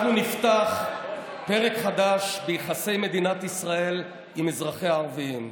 אנחנו נפתח פרק חדש ביחסי מדינת ישראל עם אזרחיה הערבים.